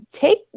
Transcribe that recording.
take